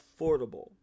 affordable